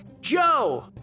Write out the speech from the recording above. Joe